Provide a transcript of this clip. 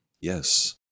Yes